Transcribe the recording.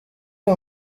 uyu